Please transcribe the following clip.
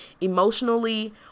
emotionally